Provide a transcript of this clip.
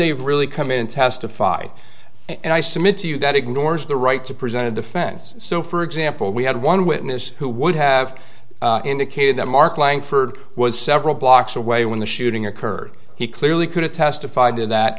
they really come in and testify and i submit to you that ignores the right to present a defense so for example we had one witness who would have indicated that mark langford was several blocks away when the shooting occurred he clearly could have testified t